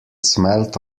smelt